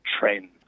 trend